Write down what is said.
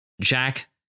Jack